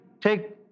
take